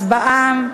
הצבעה על